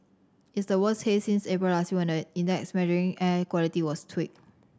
it's the worst haze since April last year when the index measuring air quality was tweaked